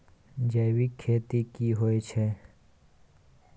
जैविक खेती की होए छै?